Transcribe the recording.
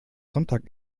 sonntag